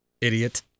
Idiot